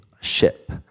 ship